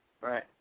right